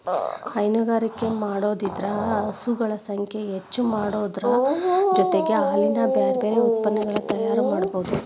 ಹೈನುಗಾರಿಕೆ ಮಾಡೋದ್ರಿಂದ ಹಸುಗಳ ಸಂಖ್ಯೆ ಹೆಚ್ಚಾಮಾಡೋದರ ಜೊತೆಗೆ ಹಾಲಿನ ಬ್ಯಾರಬ್ಯಾರೇ ಉತ್ಪನಗಳನ್ನ ತಯಾರ್ ಮಾಡ್ಬಹುದು